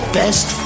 best